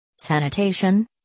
Sanitation